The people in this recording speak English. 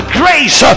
grace